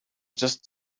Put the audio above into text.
just